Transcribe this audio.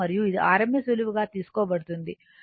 మరియు ఇది rms విలువగా తీసుకోబడుతుంది ఇది 13